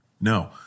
No